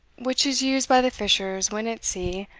which is used by the fishers when at sea,